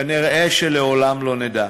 כנראה לעולם לא נדע.